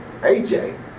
AJ